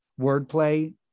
wordplay